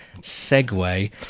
segue